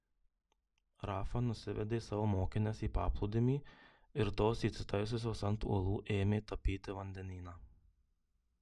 rafa nusivedė savo mokines į paplūdimį ir tos įsitaisiusios ant uolų ėmė tapyti vandenyną